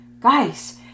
guys